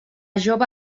jove